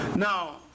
Now